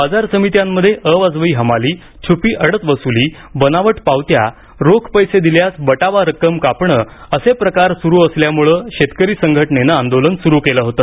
बाजार समित्यांमध्ये अवाजवी हमाली छूपी अडत वसुली बनावट पावत्या रोख पैसे दिल्यास बटावा रक्कम कापणे असे प्रकार सुरु असल्याने शेतकरी संघटनेने आंदोलन सुरू केले होते